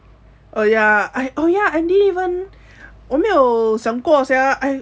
oh ya I oh ya I didn't even 我没有想过 sia I